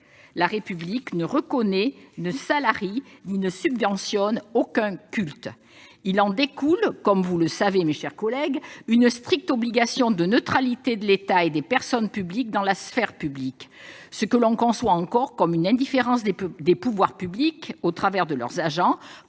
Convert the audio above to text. La République ne reconnaît, ne salarie ni ne subventionne aucun culte. » Il en découle, comme vous le savez, mes chers collègues, une stricte obligation de neutralité de l'État et des personnes publiques dans la sphère publique, ce que l'on conçoit encore comme une indifférence des pouvoirs publics, au travers de leurs agents,